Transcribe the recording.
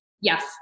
Yes